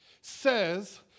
says